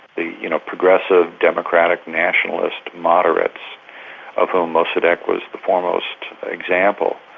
the you know progressive, democratic, nationalist, moderates of whom mossadeq was the foremost example,